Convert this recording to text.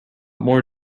more